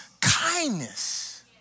kindness